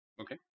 Okay